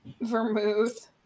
vermouth